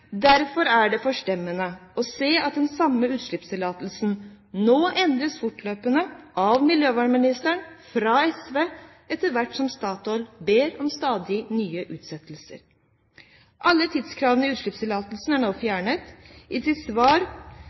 Derfor er det forstemmende å se at den samme utslippstillatelsen nå endres fortløpende av miljøvernministeren fra SV etter hvert som Statoil ber om stadig nye utsettelser. Alle tidskravene i utslippstillatelsen er nå fjernet. I sitt svar